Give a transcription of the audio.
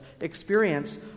experience